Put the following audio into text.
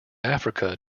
africa